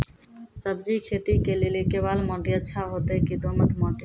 सब्जी खेती के लेली केवाल माटी अच्छा होते की दोमट माटी?